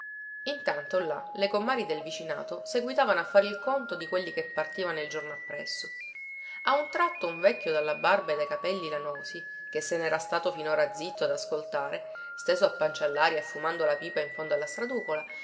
intanto là le comari del vicinato seguitavano a fare il conto di quelli che partivano il giorno appresso a un tratto un vecchio dalla barba e dai capelli lanosi che se nera stato finora zitto ad ascoltare steso a pancia allaria e fumando la pipa in fondo alla